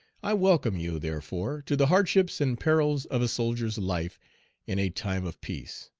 i welcome you, therefore, to the hardships and perils of a soldier's life in a time of peace.